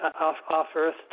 off-earth